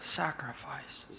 sacrifice